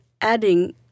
adding